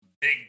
big